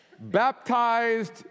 baptized